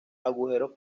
agujeros